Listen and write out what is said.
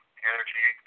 energy